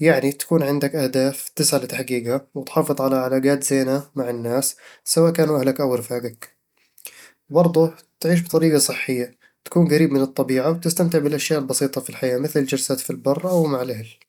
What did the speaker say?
يعني تكون عندك أهداف تسعى لتحقيقها، وتحافظ على علاقات زينة مع الناس، سواء كانوا أهلك أو رفاقك وبرضه، تعيش بطريقة صحية، تكون قريب من الطبيعة، وتستمتع بالأشياء البسيطة في الحياة مثل الجلسات في البر أو مع الأهل